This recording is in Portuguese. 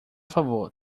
favor